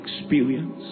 experience